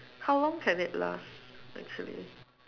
how long can it last actually